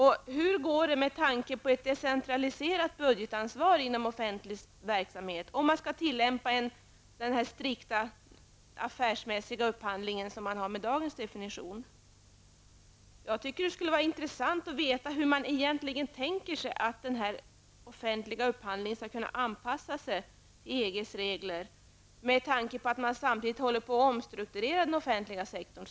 Hur går det med tanke på ett decentraliserat budgetansvar inom offentlig verksamhet att tillämpa en strikt affärsmässig upphandling enligt nuvarande definition av begreppet? Det vore intressant att få veta hur man tänker sig att offentlig upphandling skall kunna anpassas till EGs regler med tanke på den omstrukturering som sker inom den offentliga sektorn.